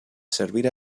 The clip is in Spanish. servir